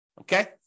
Okay